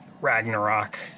ragnarok